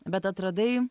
bet atradai